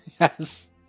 Yes